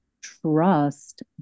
trust